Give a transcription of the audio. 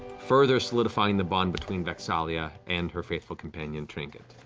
further solidifying the bond between vex'ahlia and her faithful companion, trinket.